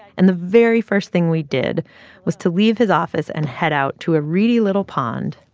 and the very first thing we did was to leave his office and head out to a reedy little pond.